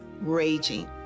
raging